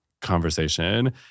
conversation